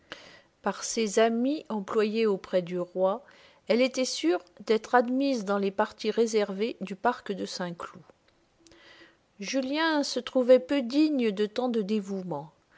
par ses amis employés auprès du roi elle était sûre d'être admise dans les parties réservées du parc de saint-cloud julien se trouvait peu digne de tant de dévouement